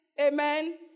Amen